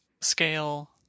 scale